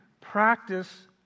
Practice